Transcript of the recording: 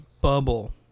bubble